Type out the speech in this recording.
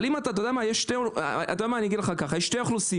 יש שתי אוכלוסיות,